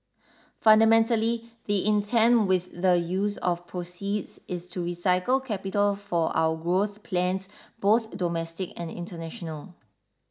fundamentally the intent with the use of proceeds is to recycle capital for our growth plans both domestic and international